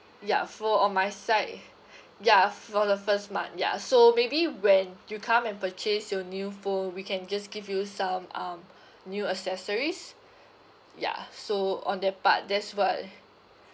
ya so on my side ya for the first month ya so maybe when you come and purchase your new phone we can just give you some um new accessories ya so on that part that's why